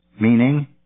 meaning